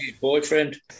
boyfriend